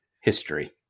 History